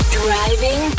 driving